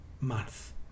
month